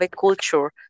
culture